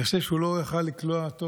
אני חושב שהוא לא יכול היה לקלוע טוב